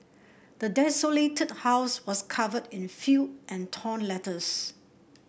the desolated house was covered in filth and torn letters